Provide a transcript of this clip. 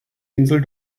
insel